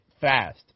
fast